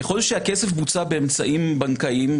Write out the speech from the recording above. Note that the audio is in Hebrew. ככל שהכסף בוצע באמצעים בנקאיים,